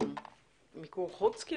מיקור חוץ.